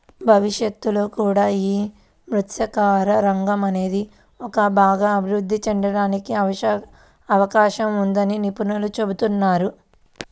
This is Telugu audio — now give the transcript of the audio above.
భవిష్యత్తులో కూడా యీ మత్స్యకార రంగం అనేది బాగా అభిరుద్ధి చెందడానికి అవకాశం ఉందని నిపుణులు చెబుతున్నారు